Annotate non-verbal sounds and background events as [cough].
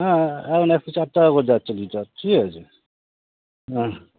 হ্যাঁ হ্যাঁ [unintelligible] কিছু একটা বোঝা যাচ্ছে কিছু এক ঠিক আছে না না